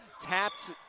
tapped